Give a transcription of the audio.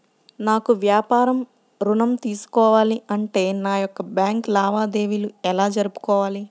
నాకు వ్యాపారం ఋణం తీసుకోవాలి అంటే నా యొక్క బ్యాంకు లావాదేవీలు ఎలా జరుపుకోవాలి?